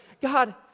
God